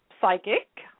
psychic